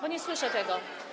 Bo nie słyszę tego.